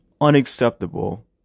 Unacceptable